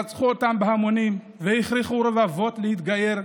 רצחו אותם בהמוניהם והכריחו רבבות להתגייר,